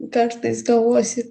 kartais galvosi